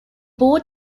boar